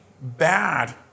bad